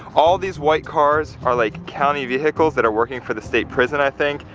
all these white cars are like county vehicles that are working for the state prison i think.